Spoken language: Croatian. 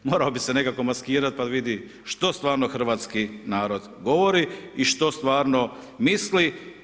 Morao bi se nekako maskirat da vidi što stvarno hrvatskih narod govori i što stvarno misli.